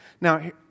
Now